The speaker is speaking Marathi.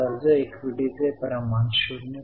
कंपनीला 17 प्राप्त झाले नाही